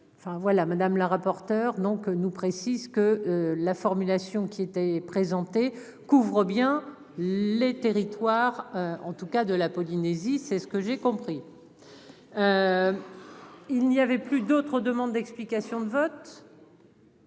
voilà madame la rapporteure, donc nous précise que la formulation qui était présenté couvre bien les territoires, en tout cas de la Polynésie, c'est ce que j'ai compris. Il n'y avait plus d'autres demandes d'explications de vote.